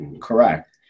Correct